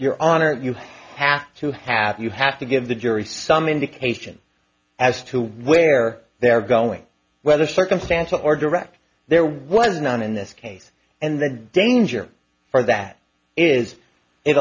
your honor you have to have you have to give the jury some indication as to where they are going whether circumstantial or direct there was none in this case and the danger for that is it